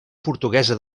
portuguesa